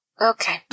Okay